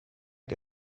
che